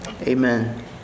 amen